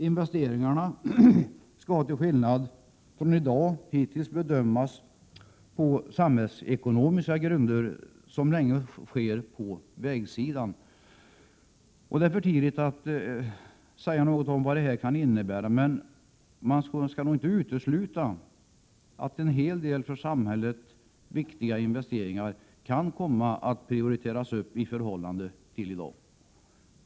Investeringarna skall, till skillnad från hittills, bedömas på samhällsekonomiska grunder, vilket sedan länge sker på vägsidan..Det är för tidigt att säga något om vad det kan innebära, men man skall nog inte utesluta att en hel del för samhället viktiga investeringar kan komma att prioriteras starkare än i dag.